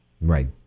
Right